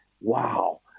wow